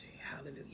Hallelujah